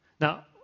Now